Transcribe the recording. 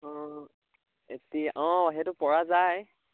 অঁ এটি অঁ সেইটো পৰা যায়